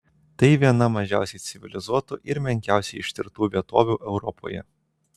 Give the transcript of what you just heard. tai viena mažiausiai civilizuotų ir menkiausiai ištirtų vietovių europoje